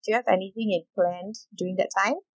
do you have anything in plans during that time